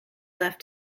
left